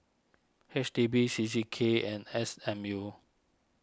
H D B C C K and S M U